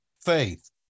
faith